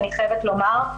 אני חייבת לומר.